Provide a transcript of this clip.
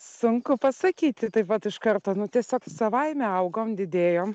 sunku pasakyti taip pat iš karto nu tiesiog savaime augom didėjom